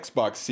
Xbox